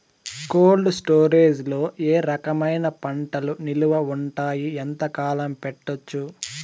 Cold storage లో ఏ రకమైన పంటలు నిలువ ఉంటాయి, ఎంతకాలం పెట్టొచ్చు?